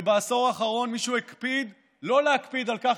ובעשור האחרון מישהו הקפיד לא להקפיד על כך